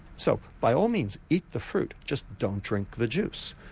so by all means eat the fruit, just don't drink the juice.